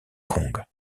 kong